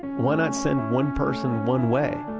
why not send one person one-way?